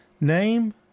Name